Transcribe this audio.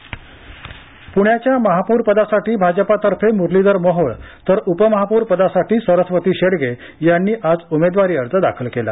महापौर प्ण्याच्या महापौरपदासाठी भाजपातर्फे मुरलीधर मोहोळ तर उपमहापौरपदासाठी सरस्वती शेडगे यांनी आज उमेदवारी अर्ज दाखल केला